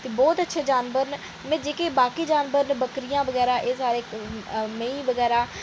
ते बहुत अच्छे जानवर न जेह्के बाकी जानवर न बकरियां बगैरां मैंहीं बगैरा